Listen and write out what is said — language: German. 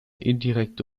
indirekte